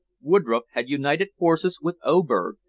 woodroffe had united forces with oberg,